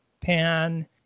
pan